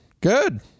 Good